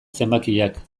zenbakiak